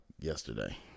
yesterday